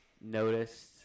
noticed